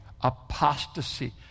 apostasy